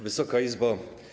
Wysoka Izbo!